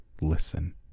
listen